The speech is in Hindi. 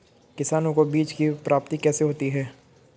किसानों को बीज की प्राप्ति कैसे होती है?